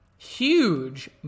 huge